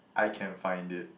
I can find it